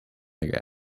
again